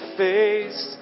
face